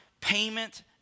payment